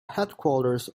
headquarters